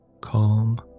Calm